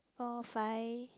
four five